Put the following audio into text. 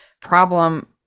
problem